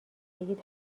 بگید